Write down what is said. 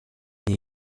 n’y